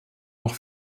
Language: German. noch